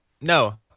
No